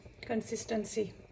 consistency